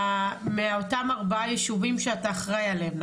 מאותם ארבעה ישובים שאתה אחראי עליהם,